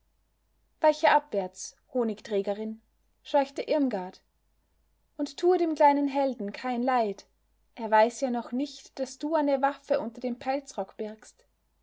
weiche abwärts honigträgerin scheuchte irmgard und tue dem kleinen helden kein leid er weiß ja noch nicht daß du eine waffe unter dem pelzrock birgst